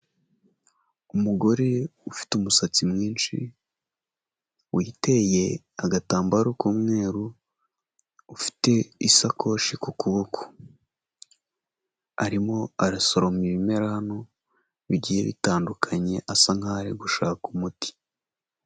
Umugore ufite umusatsi mwinshi, witeye agatambaro k'umweru, ufite isakoshi ku kuboko. Arimo arasoroma ibimera hano bigiye bitandukanye, asa nk'aho ari gushaka umuti.